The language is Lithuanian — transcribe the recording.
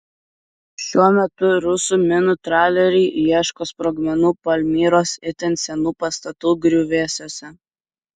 šiuo metu rusų minų traleriai ieško sprogmenų palmyros itin senų pastatų griuvėsiuose